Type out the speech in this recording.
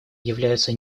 являются